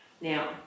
Now